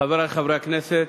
חברי חברי הכנסת,